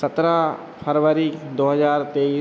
सत्रह फरवरी दो हजार तेईस